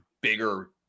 bigger